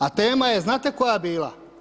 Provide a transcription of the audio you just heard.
A tema je znate koja bila?